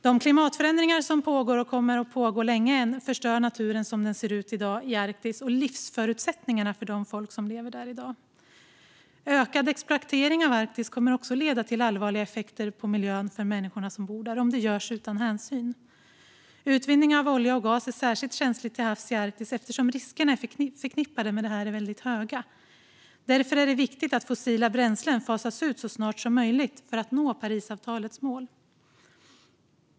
De klimatförändringar som pågår och kommer att pågå länge än förstör naturen i Arktis som den ser ut i dag och livsförutsättningarna för de folk som lever där i dag. Ökad exploatering av Arktis kommer också att leda till allvarliga effekter på miljön för människorna som bor där om den görs utan hänsyn. Utvinning av olja och gas till havs är särskilt känsligt i Arktis eftersom riskerna som är förknippade med detta är väldigt höga. Därför är det viktigt att fossila bränslen fasas ut så snart som möjligt för att nå Parisavtalets mål.